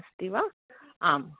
अस्ति वा आम्